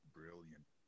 brilliant